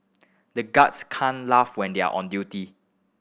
the guards can't laugh when they are on duty